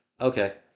Okay